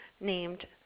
named